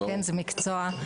זה מקצוע.